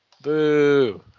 boo